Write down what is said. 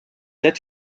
aides